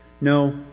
No